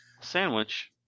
sandwich